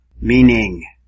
meaning